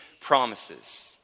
promises